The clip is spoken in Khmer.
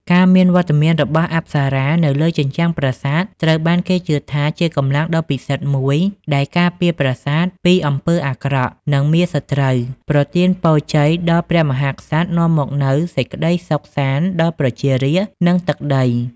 ការមានវត្តមានរបស់អប្សរានៅលើជញ្ជាំងប្រាសាទ ត្រូវបានគេជឿថាជាកម្លាំងដ៏ពិសិដ្ឋមួយដែល ការពារប្រាសាទពីអំពើអាក្រក់ និងមារសត្រូវ ប្រទានពរជ័យដល់ព្រះមហាក្សត្រ នាំមកនូវសេចក្តីសុខសាន្តដល់ប្រជារាស្ត្រ និងទឹកដី។